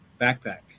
backpack